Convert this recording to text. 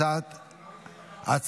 בעד, עשרה, אין מתנגדים.